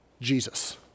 Jesus